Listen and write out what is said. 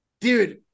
dude